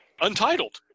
Untitled